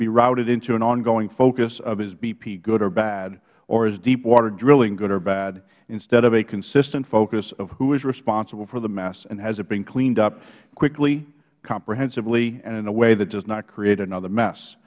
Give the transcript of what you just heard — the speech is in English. be routed into an ongoing focus of is bp good or bad or is deepwater drilling good or bad instead of a consistent focus of who is responsible for the mess and has it been cleaned up cleanly comprehensively and in a way that does not create another mess